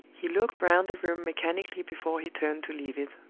he looked round the room mechanically before he turned to leave it.